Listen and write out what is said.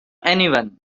anyone